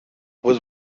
was